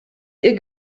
ihr